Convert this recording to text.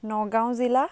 নগাঁও জিলা